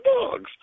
dogs